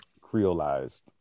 creolized